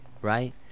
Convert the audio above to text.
right